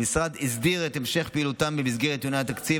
המשרד הסדיר את המשך פעילותם במסגרת דיוני התקציב,